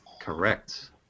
Correct